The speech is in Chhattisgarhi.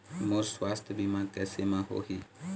मोर सुवास्थ बीमा कैसे म होही?